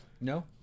No